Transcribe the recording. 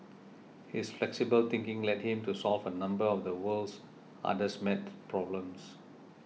his flexible thinking led him to solve a number of the world's hardest maths problems